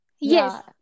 Yes